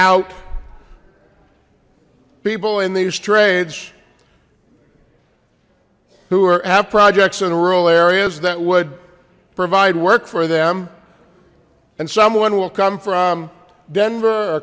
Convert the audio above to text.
out people in these trades who are at projects in rural areas that would provide work for them and someone will come from denver